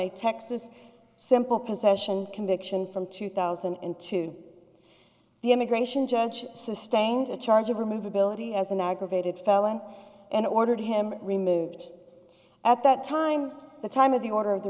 a texas simple possession conviction from two thousand and two the immigration judge sustained a charge of remove ability as an aggravated felony and ordered him removed at that time the time of the order